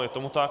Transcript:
Je tomu tak.